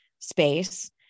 Space